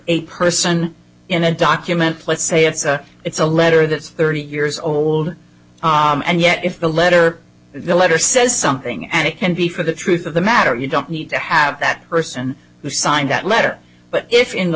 eight person in a document let's say if it's a letter that's thirty years old and yet if the letter the letter says something and it can be for the truth of the matter you don't need to have that person who signed that letter but if in the